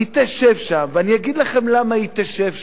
היא תשב שם, ואני אגיד לכם למה היא תשב שם.